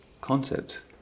concepts